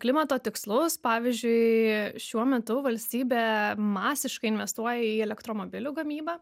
klimato tikslus pavyzdžiui šiuo metu valstybė masiškai investuoja į elektromobilių gamybą